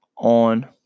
on